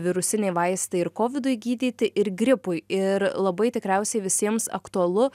virusiniai vaistai ir kovidui gydyti ir gripui ir labai tikriausiai visiems aktualu